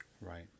Right